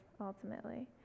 ultimately